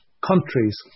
countries